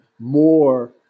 more